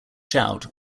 shout